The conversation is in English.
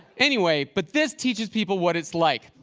anyway but this teaches people what it's like.